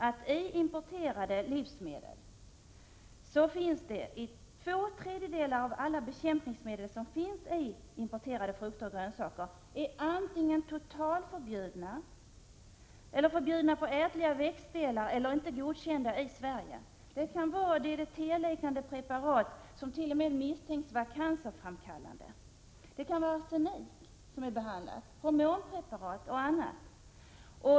Ändå har det visat sig att två tredjedelar av de bekämpningsmedel som finns i importerade frukter och grönsaker är antingen totalförbjudna, förbjudna på ätliga växtdelar eller inte godkända i Sverige. De kan innehålla DDT liknande preparat, som t.o.m. misstänks vara cancerframkallande, arsenik, hormonpreparat och annat.